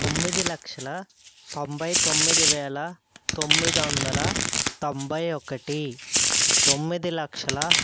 తొమ్మిది లక్షల తొంభై తొమ్మిది వేల తొమ్మిది వందల తొంభై ఒకటి తొమ్మిది లక్షల